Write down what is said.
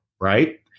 right